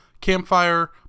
Campfire